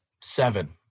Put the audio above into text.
Seven